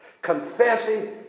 Confessing